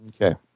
Okay